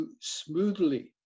smoothly